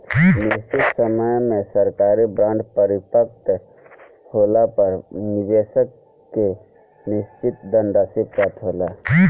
निशचित समय में सरकारी बॉन्ड परिपक्व होला पर निबेसक के निसचित धनराशि प्राप्त होला